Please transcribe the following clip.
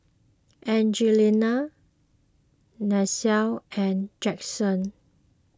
Angelina Nancie and Jaxson